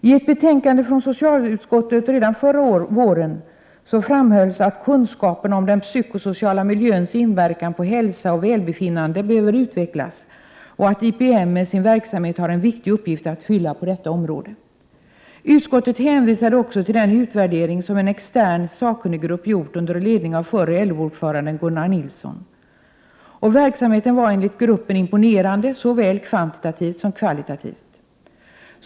I ett betänkande från socialutskottet redan förra våren framhölls att kunskapen om den psykosociala miljöns inverkan på hälsa och välbefinnande behöver utvecklas och att IPM med sin verksamhet har en viktig uppgift att fylla på detta område. Utskottet hänvisar också till den utvärdering som en extern sakkunniggrupp gjort under ledning av förre LO-ordföranden Gunnar Nilsson. Verksamheten var enligt gruppen imponerande såväl kvantitativt som kvalitativt.